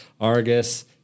Argus